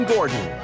Gordon